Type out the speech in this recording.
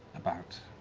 about